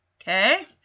Okay